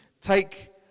Take